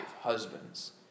husbands